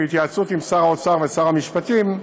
בהתייעצות עם שר האוצר ושר המשפטים,